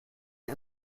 and